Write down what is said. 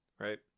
Right